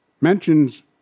mentions